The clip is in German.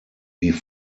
wie